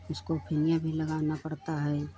उसको कुने भी लगाना पड़ता है